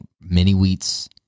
mini-wheats